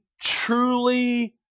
truly